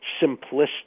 simplistic